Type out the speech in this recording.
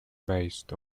based